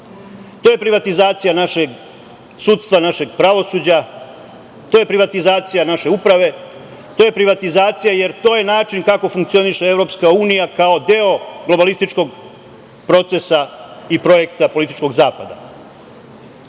je privatizacija našeg sudstva, našeg pravosuđa. To je privatizacija naše uprave, to je privatizacija, jer to je način kako funkcioniše Evropska unija kao deo globalističkog procesa i projekta političkog zapada. Zato